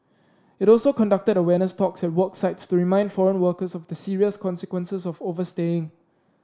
it also conducted awareness talks at work sites to remind foreign workers of the serious consequences of overstaying